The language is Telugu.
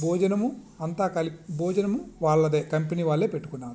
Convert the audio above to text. భోజనము అంతా కలిపి భోజనము వాళ్ళదే కంపెనీ వాళ్ళు పెట్టుకున్నారు